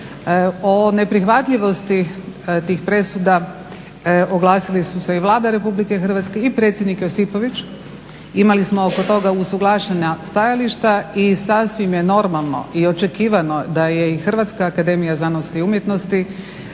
O neprihvatljivosti tih presuda oglasili su se i Vlada Republike Hrvatske i predsjednik Josipović, imali smo oko toga usuglašena stajališta i sasvim je normalno i očekivano da je i HAZU istaknula povijesne